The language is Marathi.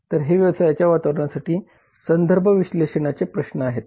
तर हे व्यवसायाच्या वातावरणासाठी संदर्भ विश्लेषणाचे प्रश्न आहेत